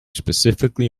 specifically